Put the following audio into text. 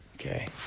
Okay